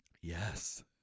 Yes